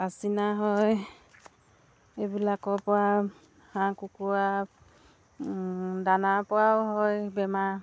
আচিনা হয় এইবিলাকৰ পৰা হাঁহ কুকুৰা দানাৰ পৰাও হয় বেমাৰ